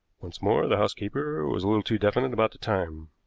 once more, the housekeeper was a little too definite about the time.